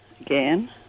again